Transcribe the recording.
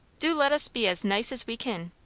do let us be as nice as we kin.